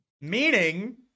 meaning